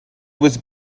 was